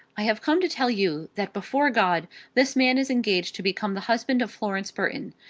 i have come to tell you that before god this man is engaged to become the husband of florence burton.